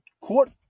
court